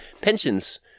pensions